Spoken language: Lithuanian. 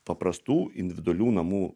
paprastų individualių namų